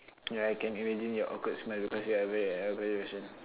yeah I can imagine your awkward smell because you're aggra~ your aggravation ah